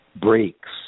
breaks